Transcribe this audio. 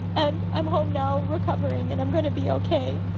and i'm home now recovering. and i'm going to be ok.